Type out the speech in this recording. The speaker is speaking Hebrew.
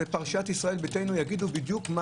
ופרשיית ישראל ביתנו יגידו בדיוק מה